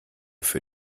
für